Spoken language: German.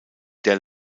der